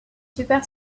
super